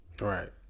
Right